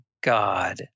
God